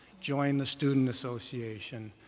join the student association,